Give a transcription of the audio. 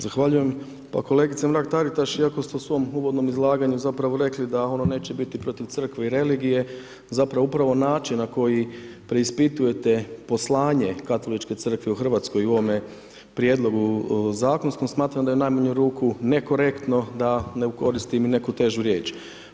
Zahvaljujem, pa kolegice Mrak-Taritaš iako ste u svom uvodnom izlaganju zapravo rekli da ono neće biti protiv crkve i religije, zapravo upravo način na koji preispitujete poslanje Katoličke crkve u Hrvatskoj u ovome prijedlogu zakonskom smatram da je u najmanju ruku nekorektno da ne ukoristim i neku težu riječ.